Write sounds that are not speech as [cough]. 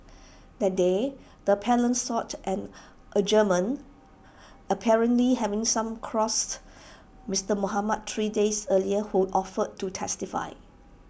[noise] that day the appellant sought an adjournment apparently having some across Mister Mohamed three days earlier who offered to testify